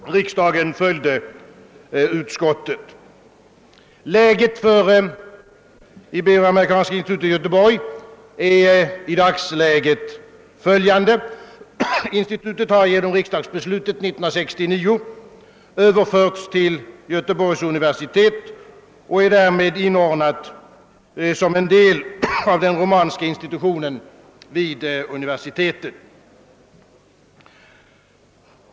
Riksdagen följde utskottet. Läget för Ibero-amerikanska institutet i Göteborg är i dag följande. Institutet har genom riksdagsbeslutet 1969 överförts till Göteborgs universitet och har därmed blivit en del av den romanska institutionen vid universitetet.